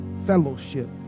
fellowship